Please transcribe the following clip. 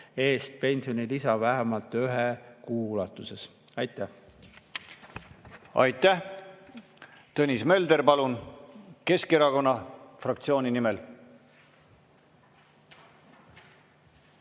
eest pensionilisa vähemalt ühe kuu ulatuses. Aitäh! Aitäh! Tõnis Mölder, palun, Keskerakonna fraktsiooni nimel!